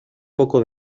poco